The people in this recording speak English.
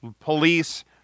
police